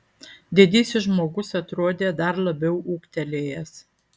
didysis žmogus atrodė dar labiau ūgtelėjęs